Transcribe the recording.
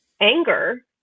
anger